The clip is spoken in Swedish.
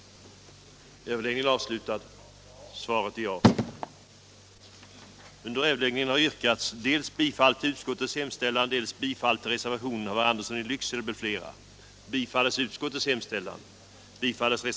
den det ej vill röstar nej.